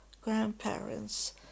grandparents